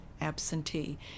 absentee